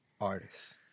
artists